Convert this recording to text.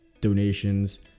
donations